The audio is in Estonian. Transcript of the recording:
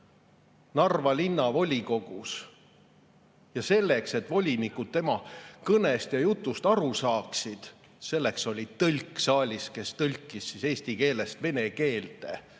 Narva Linnavolikogus. Ja selleks, et volinikud tema kõnest ja muust jutust aru saaksid, oli tõlk saalis, kes tõlkis eesti keelest vene keelde,